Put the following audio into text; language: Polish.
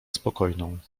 spokojną